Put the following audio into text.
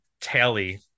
tally